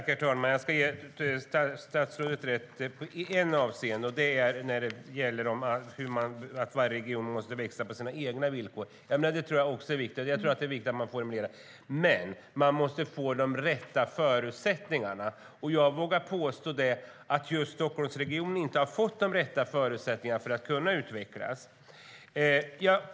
Herr talman! Jag ska ge statsrådet rätt i ett avseende. Det gäller att varje region måste växa på sina egna villkor. Det är viktigt, och det är viktigt att man formulerar det. Men man måste få de rätta förutsättningarna, och jag vågar påstå att just Stockholmsregionen inte har fått de rätta förutsättningarna för att kunna utvecklas.